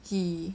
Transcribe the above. he